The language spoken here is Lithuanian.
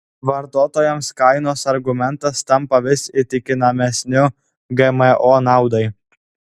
vartotojams kainos argumentas tampa vis įtikinamesniu gmo naudai